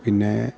പിന്നെ